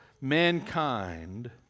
mankind